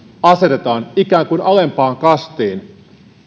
asetetaan ikään kuin alempaan kastiin